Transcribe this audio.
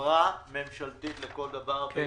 חברה ממשלתית לכל דבר ועניין,